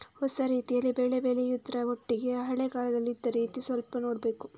ಹೊಸ ರೀತಿಯಲ್ಲಿ ಬೆಳೆ ಬೆಳೆಯುದ್ರ ಒಟ್ಟಿಗೆ ಹಳೆ ಕಾಲದಲ್ಲಿ ಇದ್ದ ರೀತಿ ಸ್ವಲ್ಪ ನೋಡ್ಬೇಕು